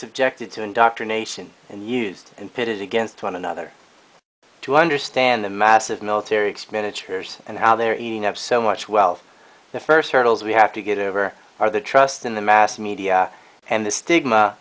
subjected to indoctrination and used and pitted against one another to understand the massive military expenditures and how they're eating up so much wealth the first hurdles we have to get over are the trust in the mass media and the stigma